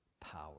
power